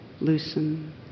loosen